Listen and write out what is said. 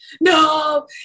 No